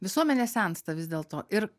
visuomenė sensta vis dėlto ir